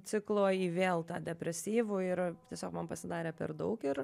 ciklo į vėl tą depresyvų ir a tiesiog man pasidarė per daug ir